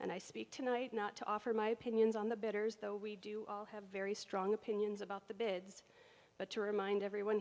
and i speak tonight not to offer my opinions on the bettors though we do all have very strong opinions about the bids but to remind everyone